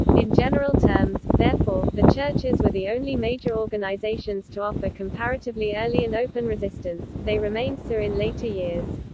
in general terms, therefore, the churches were the only major organisations to offer comparatively early and open resistance they remained so in later years.